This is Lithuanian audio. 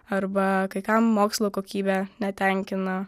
arba kai kam mokslo kokybė netenkina